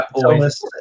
thomas